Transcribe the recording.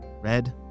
red